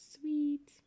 sweet